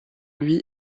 lui